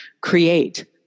create